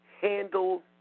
handle